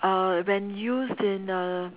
uh when used in a